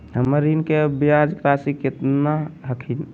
हमर ऋण के ब्याज रासी केतना हखिन?